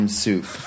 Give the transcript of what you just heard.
soup